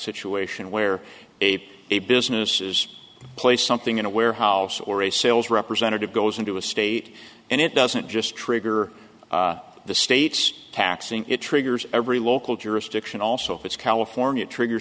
situation where a a business is placed something in a warehouse or a sales representative goes into a state and it doesn't just trigger the state's taxing it triggers every local jurisdiction also puts california trigger